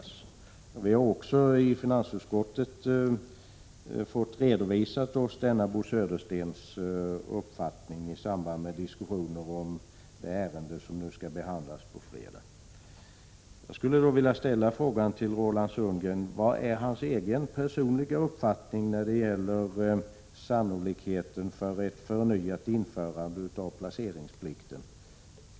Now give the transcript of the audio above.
Lars Tobisson exemplifierade detta med citat ur Dagens Industri. I finansutskottet har vi också fått denna Bo Söderstens uppfattning redovisad i samband med diskussioner om det | ärende som skall behandlas nu på fredag. Låt mig alltså fråga: Vilken är Roland Sundgrens egen uppfattning när det gäller sannolikheten för att placeringsplikten på nytt införs?